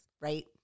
right